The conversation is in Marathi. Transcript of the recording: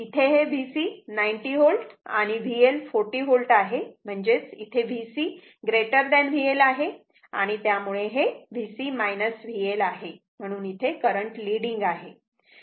इथे हे VC 90 V आणि VL 40V आहेत म्हणजेच इथे VC VL आहे आणि त्यामुळे हे VC VL आहे म्हणून इथे करंट लीडिंग आहे